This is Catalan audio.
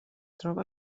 troba